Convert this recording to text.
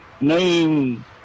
name